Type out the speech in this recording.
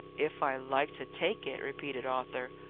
if i like to take it! repeated arthur.